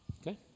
Okay